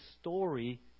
story